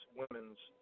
women's